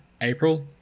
April